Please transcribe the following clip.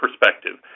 perspective